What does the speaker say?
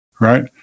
right